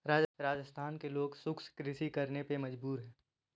राजस्थान के लोग शुष्क कृषि करने पे मजबूर हैं